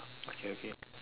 okay okay